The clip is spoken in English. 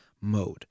mode